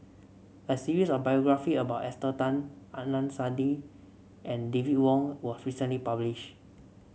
a series of biography about Esther Tan Adnan Saidi and David Wong was recently publish